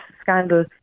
scandal